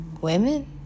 Women